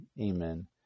Amen